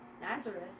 Nazareth